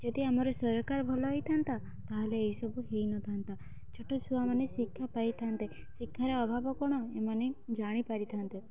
ଯଦି ଆମର ସରକାର ଭଲ ହେଇଥାନ୍ତା ତା'ହେଲେ ଏହିସବୁ ହେଇନଥାନ୍ତା ଛୋଟ ଛୁଆମାନେ ଶିକ୍ଷା ପାଇଥାନ୍ତେ ଶିକ୍ଷାର ଅଭାବ କ'ଣ ଏମାନେ ଜାଣି ପାରିଥାନ୍ତେ